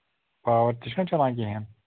power تہِ چھُناہ چَلان کِہیٖنٛۍ